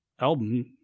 album